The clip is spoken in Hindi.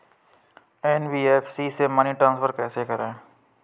एन.बी.एफ.सी से मनी ट्रांसफर कैसे करें?